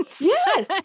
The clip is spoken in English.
Yes